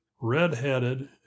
red-headed